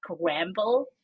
scramble